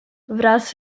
wraz